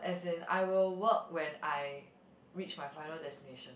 as in I will work when I reach my final destination